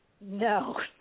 No